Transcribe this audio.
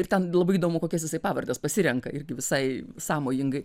ir ten labai įdomu kokias jisai pavardes pasirenka irgi visai sąmojingai